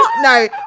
No